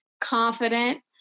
confident